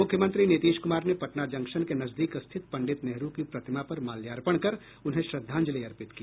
मुख्यमंत्री नीतीश कुमार ने पटना जंक्शन के नजदीक स्थित पंडित नेहरू की प्रतिमा पर माल्यार्पण कर उन्हें श्रद्वांजलि अर्पित की